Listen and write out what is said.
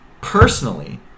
Personally